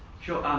sure.